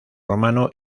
romano